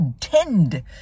tend